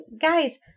guys